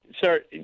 Sir